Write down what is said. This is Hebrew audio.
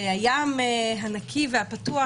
והים הנקי והפתוח,